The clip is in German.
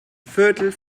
viertel